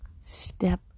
Step